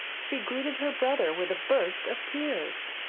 she greeted her brother with a burst of tears.